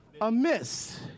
amiss